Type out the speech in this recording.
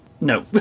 No